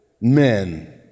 men